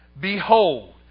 Behold